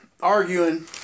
arguing